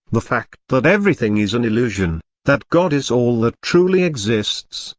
the fact that everything is an illusion, that god is all that truly exists,